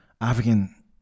African